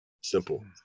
Simple